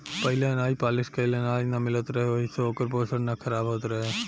पहिले अनाज पॉलिश कइल अनाज ना मिलत रहे ओहि से ओकर पोषण ना खराब होत रहे